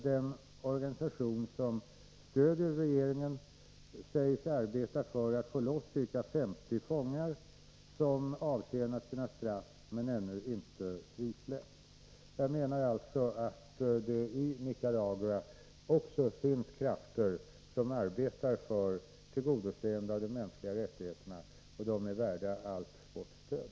Den organisation som stöder regeringen säger sig arbeta för att få loss ca 50 fångar, som avtjänat sina straff, men som ännu inte frisläppts. Jag menar alltså att det i Nicaragua också finns krafter som arbetar för tillgodoseende av de mänskliga rättigheterna, och dessa krafter är värda allt vårt stöd.